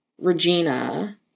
Regina